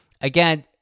Again